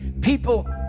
people